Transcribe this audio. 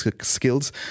skills